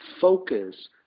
focus